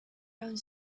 around